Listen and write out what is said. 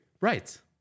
Right